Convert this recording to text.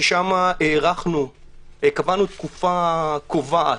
ששם קבענו תקופה קובעת,